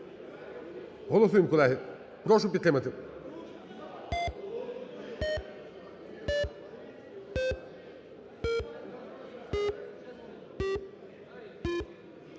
Голосуємо, колеги. Прошу підтримати.